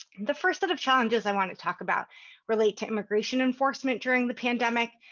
the first set of challenges i want to talk about relate to immigration enforcement during the pandemic.